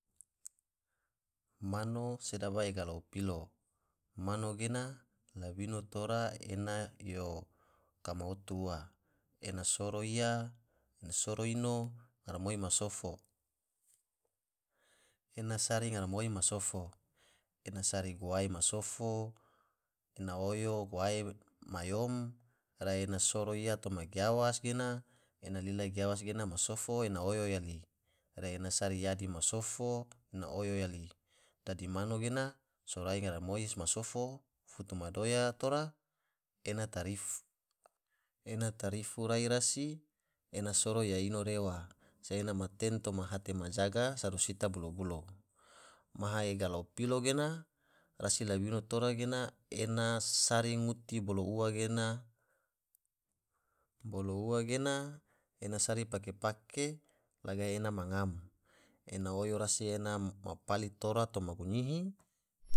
Mano sedaba ega lao pilo, mano gena labino tora ena yo kama otu ua, ena soro iya soro ino sari ngaramoi ma sofo ena sari guwae ma sofo, ena oyo guwae ma yom rai ene soro iya toma giawas ge ena lila giawas ge ma sofo ena oyo yali, rai ene sari yadi ma sofo ena oyo yali dadi mano gena, dadi mano gena surai ma ngaramoi se ma sofo futu madoya tora ena tarifu rai rasi ena soro iya soro ino rewa se ene ma ten toma hate majaga sodo sita bulo-bulo, maha ega lao pilo ge, rasi labino tora gena ena sari nguti bolo ua gena sari pake-pake la gahi ena ma ngam, ena oyo rasi ena ma pali tora toma gunyihi.